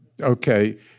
okay